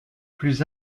plus